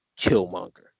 Killmonger